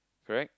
correct